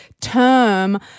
term